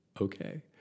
okay